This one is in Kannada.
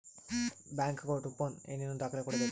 ಬ್ಯಾಂಕ್ ಅಕೌಂಟ್ ಓಪನ್ ಏನೇನು ದಾಖಲೆ ಕೊಡಬೇಕು?